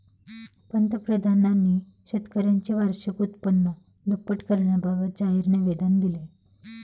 पंतप्रधानांनी शेतकऱ्यांचे वार्षिक उत्पन्न दुप्पट करण्याबाबत जाहीर निवेदन दिले